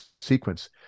sequence